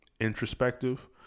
introspective